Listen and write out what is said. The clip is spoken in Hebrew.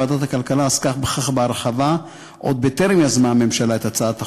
ועדת הכלכלה עסקה בכך בהרחבה עוד בטרם יזמה הממשלה את הצעת החוק,